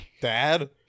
Dad